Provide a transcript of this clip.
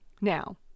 Now